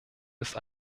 ist